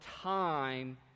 time